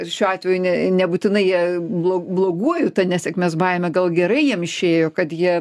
ir šiuo atveju ne nebūtinai jie blo bloguoju ta nesėkmės baimė gal gerai jiem išėjo kad jie